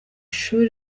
shuri